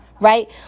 right